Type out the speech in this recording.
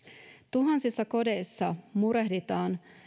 tuhansissa kodeissa murehditaan